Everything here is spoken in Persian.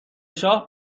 شاه